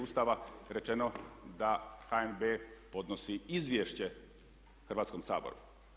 Ustava rečeno da HNB podnosi izvješće Hrvatskom saboru.